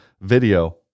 video